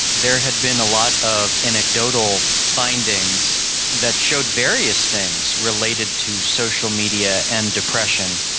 there had been a lot of anecdotal findings that showed various things related to social media and depression.